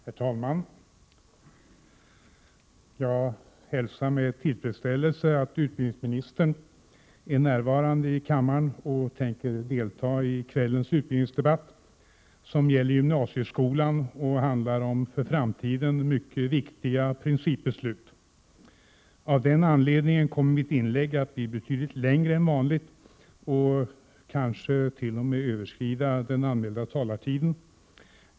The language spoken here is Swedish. Herr talman! Jag hälsar med tillfredsställelse att utbildningsministern är närvarande i kammaren och tänker delta i kvällens utbildningsdebatt, som gäller gymnasieskolan och handlar om för framtiden mycket viktiga principbeslut. Av den anledningen kommer mitt inlägg att bli betydligt längre än vanligt och kanske t.o.m. överskrida den anmälda talartiden.